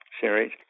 series